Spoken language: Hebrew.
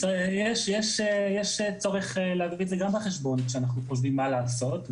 יש צורך להביא גם את ה בחשבון כשאנחנו חושבים מה לעשות.